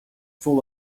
full